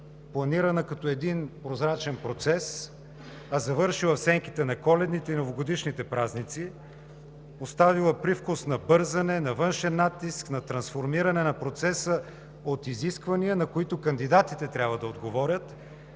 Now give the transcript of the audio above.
планирана като един прозрачен процес, а завършила в сенките на Коледните и Новогодишните празници, оставила привкус на бързане, на външен натиск, на трансформиране на процеса от изисквания, на които кандидатите трябва да отговорят,